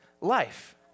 life